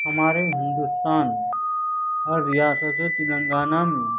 ہمارے ہندوستان اور ریاست تلنگانہ میں